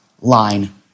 line